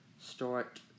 Start